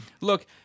look